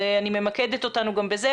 אני ממקדת אותנו גם בזה.